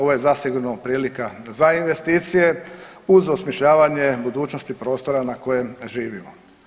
Ovo je zasigurno prilika za investicije uz osmišljavanje budućnosti prostora na kojem živimo.